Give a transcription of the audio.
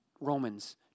Romans